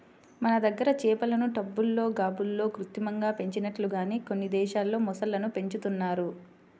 మన దగ్గర చేపలను టబ్బుల్లో, గాబుల్లో కృత్రిమంగా పెంచినట్లుగానే కొన్ని దేశాల్లో మొసళ్ళను పెంచుతున్నారు